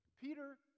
Peter